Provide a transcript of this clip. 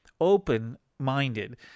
open-minded